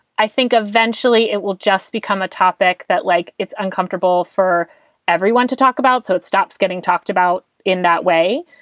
i think eventually it just become a topic that like it's uncomfortable for everyone to talk about. so it stops getting talked about in that way.